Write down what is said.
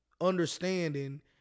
understanding